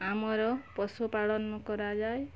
ଆମର ପଶୁ ପାଳନ କରାଯାଏ